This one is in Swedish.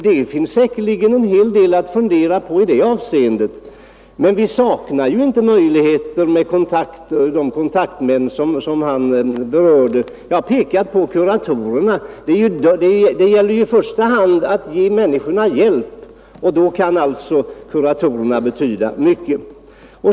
Det finns säkerligen en hel del att fundera på i det avseendet, men vi saknar ju inte möjligheter. Jag har pekat på kuratorerna. Det gäller ju i första hand att ge människorna hjälp, och då kan kuratorerna betyda mycket.